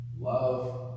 Love